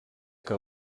que